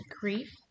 grief